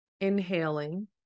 Inhaling